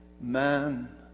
man